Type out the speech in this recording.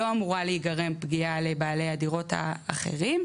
לא אמורה להיגרם פגיעה לבעלי הדירות האחרים,